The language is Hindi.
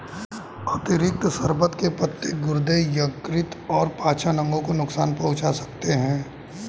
अतिरिक्त शर्बत के पत्ते गुर्दे, यकृत और पाचन अंगों को नुकसान पहुंचा सकते हैं